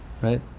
right